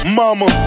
mama